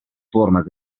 formas